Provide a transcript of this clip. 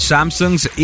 Samsung's